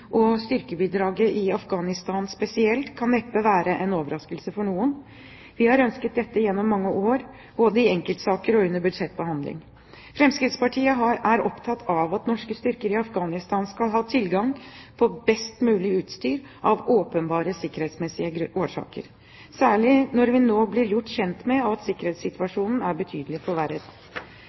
og styrkebidraget i Afghanistan spesielt, kan neppe være en overraskelse for noen. Vi har ønsket dette gjennom mange år, både i enkeltsaker og under budsjettbehandling. Fremskrittspartiet er opptatt av at norske styrker i Afghanistan skal ha tilgang på best mulig utstyr, av åpenbare sikkerhetsmessige årsaker, særlig når vi nå blir gjort kjent med at sikkerhetssituasjonen er betydelig forverret. Den jobben det norske styrkebidraget i Afghanistan gjør for